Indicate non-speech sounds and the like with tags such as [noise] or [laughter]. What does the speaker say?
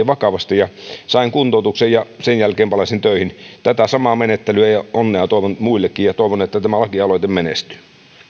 [unintelligible] vakavasti ja sain kuntoutuksen ja sen jälkeen palasin töihin tätä samaa menettelyä ja onnea toivon muillekin ja toivon että tämä lakialoite menestyy